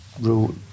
rule